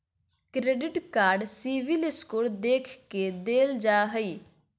credit card CIBIL score देख के देल जा हइ